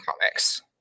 comics